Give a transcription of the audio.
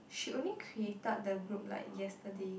she only created that group like yesterday